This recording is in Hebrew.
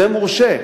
זה מורשה.